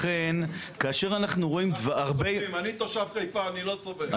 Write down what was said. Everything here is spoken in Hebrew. אני תושב חיפה, אני לא סובל .